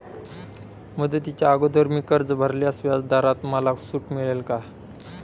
मुदतीच्या अगोदर मी कर्ज भरल्यास व्याजदरात मला सूट मिळेल का?